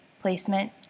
placement